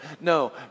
No